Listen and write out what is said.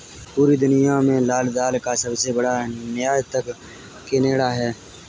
पूरी दुनिया में लाल दाल का सबसे बड़ा निर्यातक केनेडा है